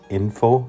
info